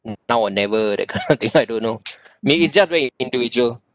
mm now or never that kind of thing I don't know maybe it's just very individual